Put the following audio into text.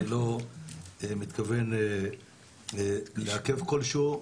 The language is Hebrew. אני לא מתכוון לעכב שום דבר,